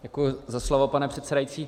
Děkuji za slovo, pane předsedající.